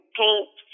paint